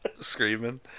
Screaming